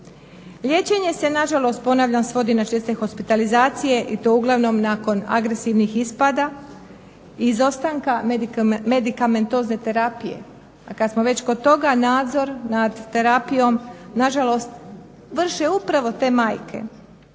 Liječenje se na žalost ponavljam svodi na česte hospitalizacije i to uglavnom nakon agresivnih ispada, izostanka medikamentozne terapije. A kad smo već kod toga nadzor nad terapijom na žalost vrše upravo te majke